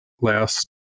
last